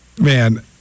Man